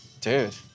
Dude